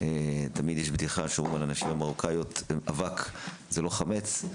תמיד יש בדיחה שאומרים על הנשים המרוקאיות: אבק זה לא חמץ.